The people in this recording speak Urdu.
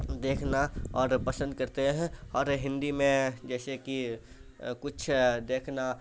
دیکھنا اور پسند کرتے ہیں اور ہندی میں جیسے کہ کچھ دیکھنا